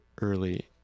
early